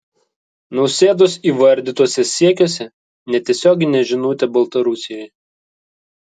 nausėdos įvardytuose siekiuose netiesioginė žinutė baltarusijai